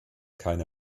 keine